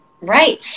Right